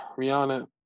Rihanna